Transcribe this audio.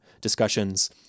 discussions